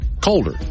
colder